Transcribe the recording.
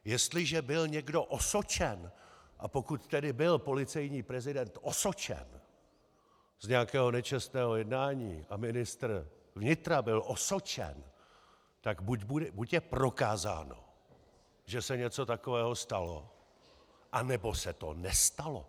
Jestliže byl někdo osočen, a pokud tedy byl policejní prezident osočen z nějakého nečestného jednání a ministr vnitra byl osočen, tak buď je prokázáno, že se něco takového stalo, anebo se to nestalo.